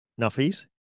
nuffies